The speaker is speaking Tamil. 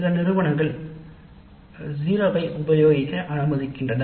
சிலவேளைகளில் 0 உபயோகப்படுத்தப்படுகின்றது